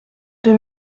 deux